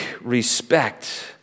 respect